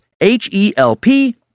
H-E-L-P